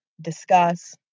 Discuss